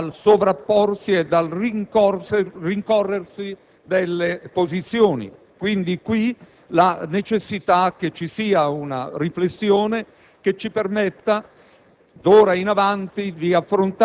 è oscurato dal sovrapporsi e dal rincorrersi delle posizioni. Da qui la necessità di una riflessione che ci permetta,